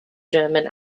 german